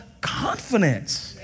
confidence